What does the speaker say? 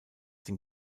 den